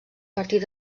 partir